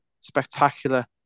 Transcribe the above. spectacular